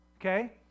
Okay